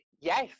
Yes